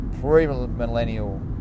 pre-millennial